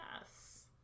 yes